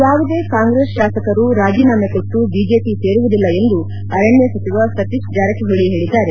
ಯಾವುದೇ ಕಾಂಗ್ರೆಸ್ ಶಾಸಕರು ರಾಜೀನಾಮೆ ಕೊಟ್ಟು ಬಿಜೆಪಿ ಸೇರುವುದಿಲ್ಲ ಎಂದು ಅರಣ್ಯ ಸಚಿವ ಸತೀಶ್ ಜಾರಕಿಹೊಳಿ ಹೇಳಿದ್ದಾರೆ